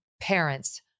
parents